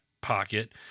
pocket